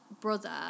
brother